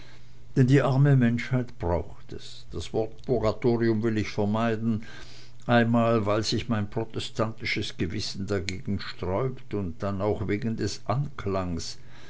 denn die arme menschheit braucht es das wort purgatorium will ich vermeiden einmal weil sich mein protestantisches gewissen dagegen sträubt und dann auch wegen des anklangs